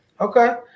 okay